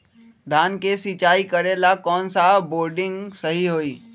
धान के सिचाई करे ला कौन सा बोर्डिंग सही होई?